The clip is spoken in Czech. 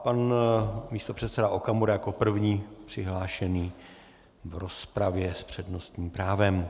Pan místopředseda Okamura jako první přihlášený v rozpravě s přednostním právem.